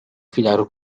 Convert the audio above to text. filaru